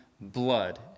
Blood